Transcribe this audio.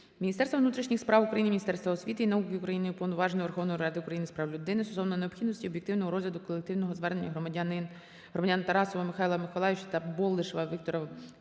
Міністерства внутрішніх справ України, Міністерства освіти і науки України, Уповноваженого Верховної Ради України з прав людини стосовно необхідності об'єктивного розгляду колективного звернення громадян Тарасова Михайла Миколайовича та Болдишева Віктора Вадимовича,